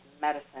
medicine